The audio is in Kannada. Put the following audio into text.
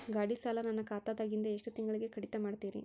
ಗಾಢಿ ಸಾಲ ನನ್ನ ಖಾತಾದಾಗಿಂದ ತಿಂಗಳಿಗೆ ಎಷ್ಟು ಕಡಿತ ಮಾಡ್ತಿರಿ?